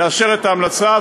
לאשר את ההמלצה.